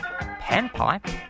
panpipe